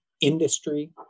industry